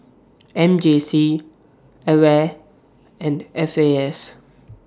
M J C AWARE and F A S